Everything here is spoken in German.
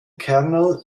kernel